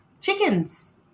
chickens